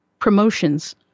promotions